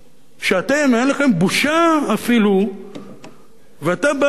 שאתם אין לכם בושה אפילו ואתה בא ומעלה